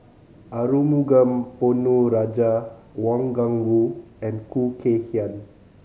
Arumugam Ponnu Rajah Wang Gungwu and Khoo Kay Hian